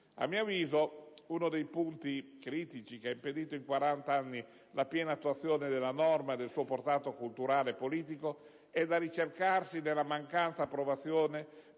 A mio avviso, uno dei punti critici che ha impedito in quarant'anni la piena attuazione della legge e del suo portato culturale e politico è da ricercarsi nella mancata approvazione